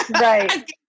right